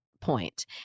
point